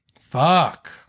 Fuck